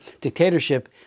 dictatorship